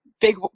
big